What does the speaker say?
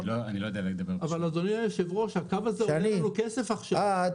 אבל אדוני היושב ראש, הקו הזה עולה לנו כסף עכשיו.